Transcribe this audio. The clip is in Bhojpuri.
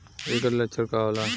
ऐकर लक्षण का होला?